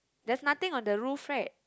that's nothing on the roof right